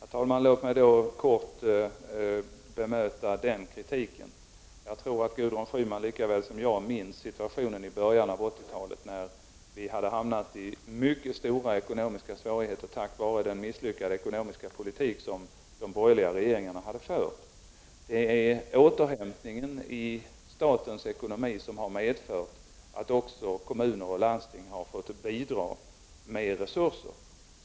Herr talman! Låt mig då kort bemöta den kritiken. Jag tror att Gudrun Schyman likaväl som jag minns situationen i början av 1980-talet när vi hade hamnat i mycket stora ekonomiska svårigheter på grund av den misslyckade ekonomiska politik som de borgerliga regeringarna hade fört. Också kommuner och landsting har fått bidra med resurser till återhämtningen av statens ekonomi.